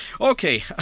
okay